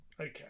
okay